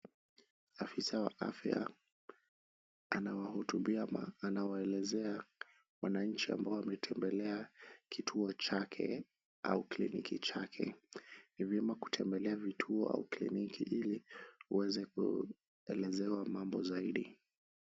Afisa wa afya anawahutubia na anawaelezea wananchi ambao wametembelea kituo chake au kliniki chake. Ni vyema kutembelea vituo au kliniki ili uweze kuelezewa mambo zaidi.